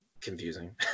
confusing